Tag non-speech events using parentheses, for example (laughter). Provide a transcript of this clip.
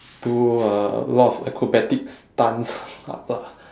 do a lot of acrobatic stunts (noise)